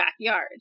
backyard